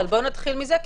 בוא נתחיל מזה,